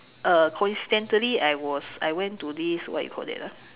uh coincidentally I was I went to this what you call that ah